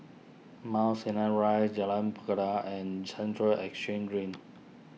Mount Sinai Rise Jalan and Central Exchange Green